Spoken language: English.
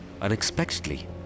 unexpectedly